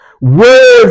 Words